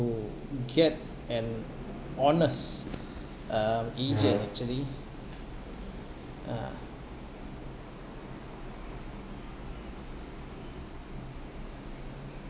to get an honest uh agent actually ah